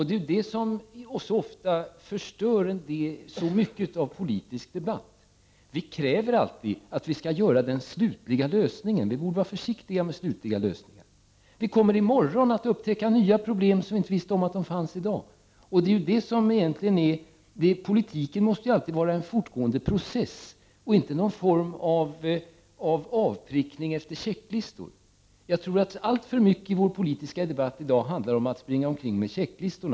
Det är detta som så ofta förstör den politiska debatten. Vi kräver alltid att vi skall skapa den slutliga lösningen. Vi borde vara försiktiga med slutliga lösningar. Vi kommer i morgon att upptäcka nya problem som vi inte visste fanns i dag. Politiken måste alltid vara en fortgående process och inte utgöra någon form av avprickning efter checklistor. Jag tror att alltför mycket i vår politiska debatt i dag handlar om att springa omkring med checklistor.